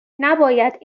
نباید